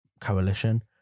coalition